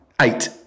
Eight